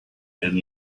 and